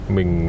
Mình